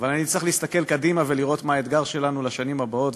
אבל צריך להסתכל קדימה ולראות מה האתגר שלנו לשנים הבאות.